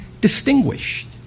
distinguished